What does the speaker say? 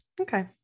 okay